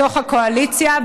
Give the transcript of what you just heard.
בתוך הקואליציה.